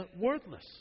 worthless